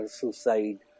suicide